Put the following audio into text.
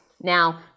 Now